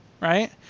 Right